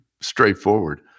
straightforward